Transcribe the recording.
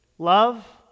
love